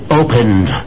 opened